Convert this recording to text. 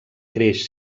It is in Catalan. creix